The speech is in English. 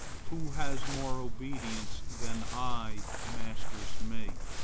who has more obedience than i masters me,